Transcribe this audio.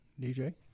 DJ